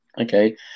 Okay